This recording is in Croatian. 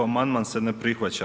Amandman se ne prihvaća.